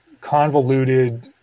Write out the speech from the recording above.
convoluted